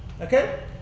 Okay